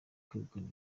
kwegukana